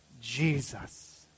Jesus